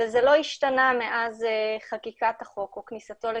וזה לא השתנה מאז חקיקת החוק או כניסתו לתוקף.